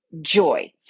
joy